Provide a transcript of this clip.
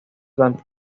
durante